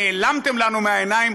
נעלמתם לנו מהעיניים.